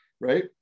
right